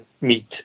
meet